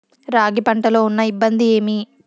రాగి పంటలో ఉన్న ఇబ్బంది ఏమి?